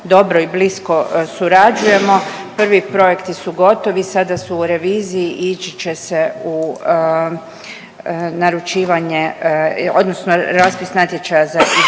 dobro i blisko surađujemo. Prvi projekti su gotovi, sada su u reviziji i ići će se u naručivanje odnosno raspis natječaja za izvođače.